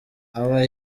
aba